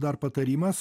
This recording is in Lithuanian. dar patarimas